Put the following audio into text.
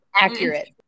Accurate